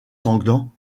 sanglants